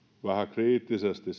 kriittisesti